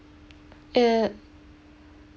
it